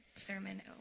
sermon